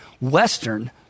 Western